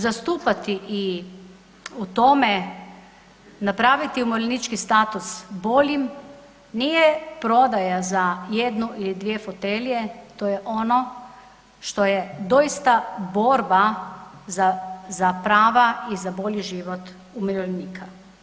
Zastupati i o tome napraviti umirovljenički status boljim nije prodaja za jednu ili dvije fotelje, to je ono što je doista borba za, za prava i za bolji život umirovljenika.